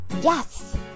Yes